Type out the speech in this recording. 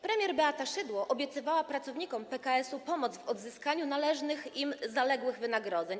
Premier Beata Szydło obiecywała pracownikom PKS-u pomoc w odzyskaniu należnych im zaległych wynagrodzeń.